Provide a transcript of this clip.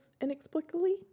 inexplicably